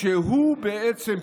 שבעצם פועל,